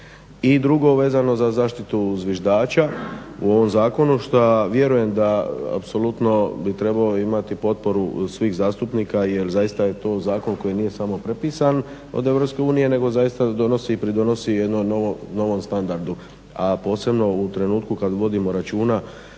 I drugo vezano za zaštitu zviždača u ovom zakonu šta vjerujem da apsolutno bi trebao imati potporu svih zastupnika jer zaista je to zakon koji nije samo prepisan od EU nego zaista donosi i pridonosi jednom novom standardu a posebno u trenutku kad vodimo računa,